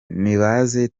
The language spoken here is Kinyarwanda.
nibaze